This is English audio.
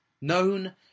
known